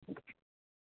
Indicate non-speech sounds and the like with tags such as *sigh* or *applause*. *unintelligible*